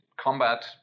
combat